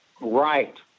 Right